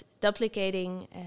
duplicating